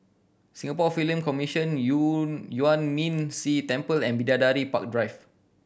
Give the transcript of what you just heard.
Singapore Film Commission Yuan Ming Si Temple and Bidadari Park Drive